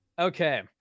Okay